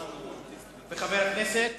הכנסת